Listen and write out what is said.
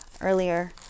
earlier